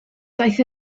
daeth